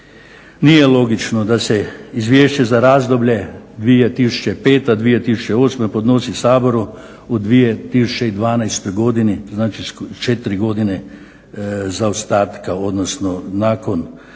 Nije logično da se izvješće za razdoblje 2005./2008. podnosi Saboru u 2012. godini, znači 4 godine zaostatka, odnosno nakon